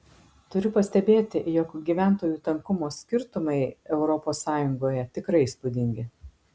turiu pastebėti jog gyventojų tankumo skirtumai europos sąjungoje tikrai įspūdingi